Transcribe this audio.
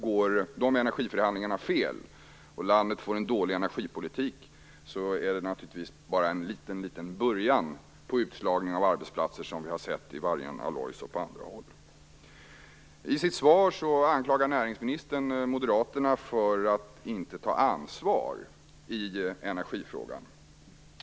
Går energiförhandlingarna fel och landet får en dålig energipolitik är det naturligtvis bara en liten början på utslagningen av arbetsplatser som vi har sett i Vargön Alloys och på andra håll. I sitt svar anklagar näringsministern Moderaterna för att inte ta ansvar i energifrågan.